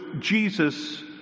Jesus